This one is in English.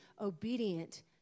obedient